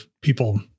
people